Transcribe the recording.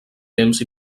temps